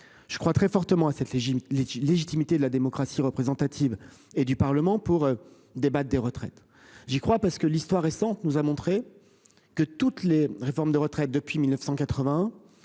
je crois très fortement à cette l'Égypte légitimité de la démocratie représentative et du parlement pour débattre des retraites. J'y crois parce que l'histoire récente nous a montré. Que toutes les réformes des retraites depuis 1980